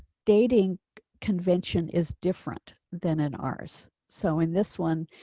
dating convention is different than and ours. so in this one.